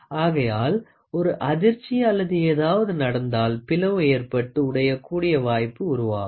ஆகையால் ஒரு அதிர்ச்சி அல்லது ஏதாவது நடந்தால் பிளவு ஏற்பட்டு உடையக் கூடிய வாய்ப்பு உருவாகும்